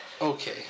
Okay